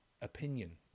opinion